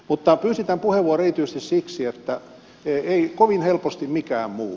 mutta pyysin tämän puheenvuoron erityisesti siksi että ei kovin helposti mikään muutu